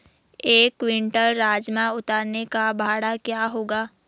एक क्विंटल राजमा उतारने का भाड़ा क्या होगा?